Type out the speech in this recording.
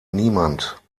niemand